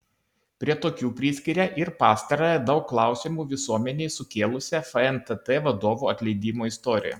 prie tokių priskiria ir pastarąją daug klausimų visuomenei sukėlusią fntt vadovų atleidimo istoriją